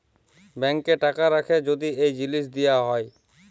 ব্যাংকে টাকা রাখ্যে যদি এই জিলিস দিয়া হ্যয়